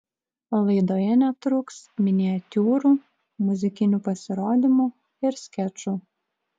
laidoje netruks miniatiūrų muzikinių pasirodymų ir skečų